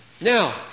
Now